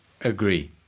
Agree